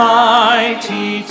mighty